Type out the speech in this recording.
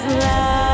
love